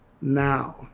Now